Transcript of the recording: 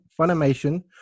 Funimation